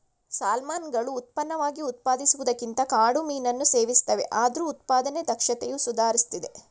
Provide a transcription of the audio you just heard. ಸಾಲ್ಮನ್ಗಳು ಉತ್ಪನ್ನವಾಗಿ ಉತ್ಪಾದಿಸುವುದಕ್ಕಿಂತ ಕಾಡು ಮೀನನ್ನು ಸೇವಿಸ್ತವೆ ಆದ್ರೂ ಉತ್ಪಾದನೆ ದಕ್ಷತೆಯು ಸುಧಾರಿಸ್ತಿದೆ